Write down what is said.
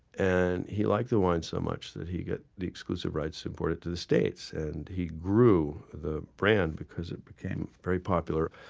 and he liked the wine so much that he got the exclusive rights it to the states. and he grew the brand because it became very popular.